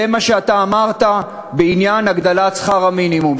זה מה שאתה אמרת בעניין הגדלת שכר המינימום,